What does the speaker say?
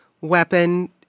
weapon